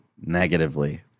negatively